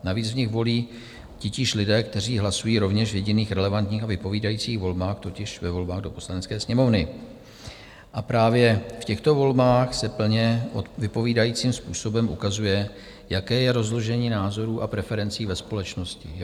Navíc v nich volí titíž lidé, kteří hlasují rovněž v jediných relevantních a vypovídajících volbách, totiž ve volbách do Poslanecké sněmovny, a právě v těchto volbách se plně vypovídajícím způsobem ukazuje, jaké je rozložení názorů a preferencí ve společnosti.